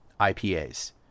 IPAs